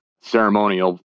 ceremonial